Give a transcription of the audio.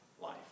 life